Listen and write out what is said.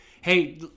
hey